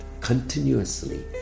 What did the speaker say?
continuously